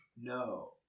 no